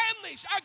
Families